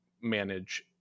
manage